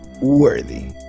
worthy